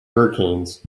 hurricanes